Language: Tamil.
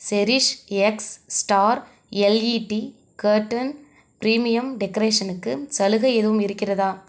cherish X star LED curtain premium டெகரேஷனுக்கு சலுகை எதுவும் இருக்கிறதா